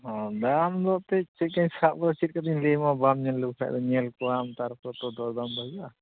ᱚ ᱫᱟᱢ ᱫᱚ ᱮᱱᱛᱮᱫ ᱪᱮᱫ ᱞᱮᱠᱟᱧ ᱥᱟᱵ ᱠᱟᱫᱟ ᱪᱮᱫ ᱠᱟᱛᱮᱧ ᱞᱟᱹᱭᱟᱢᱟ ᱵᱟᱢ ᱧᱮᱞ ᱞᱮᱠᱚ ᱠᱷᱟᱱ ᱫᱚ ᱧᱮᱞ ᱠᱚᱣᱟᱢ ᱛᱟᱨᱯᱚᱨ ᱛᱚ ᱫᱚᱨᱫᱟᱢ ᱫᱚ ᱦᱩᱭᱩᱜᱼᱟ